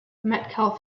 metcalf